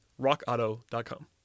rockauto.com